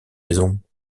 maisons